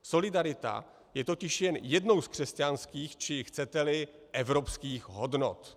Solidarita je totiž jen jednou z křesťanských, či chceteli evropských hodnot.